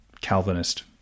Calvinist